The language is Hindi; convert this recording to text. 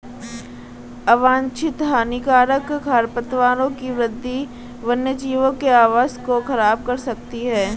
अवांछित हानिकारक खरपतवारों की वृद्धि वन्यजीवों के आवास को ख़राब कर सकती है